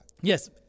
Yes